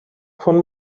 von